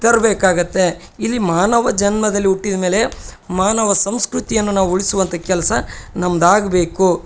ತರಬೇಕಾಗುತ್ತೆ ಇಲ್ಲಿ ಮಾನವ ಜನ್ಮದಲ್ಲಿ ಹುಟ್ಟಿದ್ಮೇಲೆ ಮಾನವ ಸಂಸ್ಕೃತಿಯನ್ನು ನಾವು ಉಳಿಸುವಂಥ ಕೆಲ್ಸ ನಮ್ದಾಗಬೇಕು